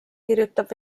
kirjutab